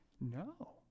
No